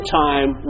time